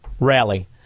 rally